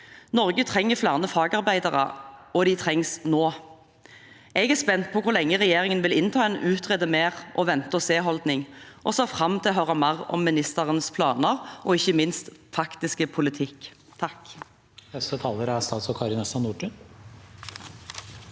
Norge trenger flere fagarbeidere, og de trengs nå. Jeg er spent på hvor lenge regjeringen vil innta en utrede-mer-og-vente-og-se-holdning, og ser fram til å høre mer om ministerens planer og ikke minst faktiske politikk. Statsråd Kari Nessa Nordtun